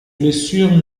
blessures